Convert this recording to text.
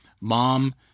mom